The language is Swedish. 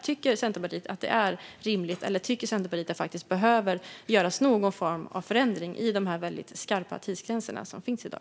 Tycker Centerpartiet att det är rimligt, eller tycker Centerpartiet att det behöver göras någon form av förändring av de väldigt skarpa tidsgränser som finns i dag?